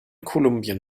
kolumbien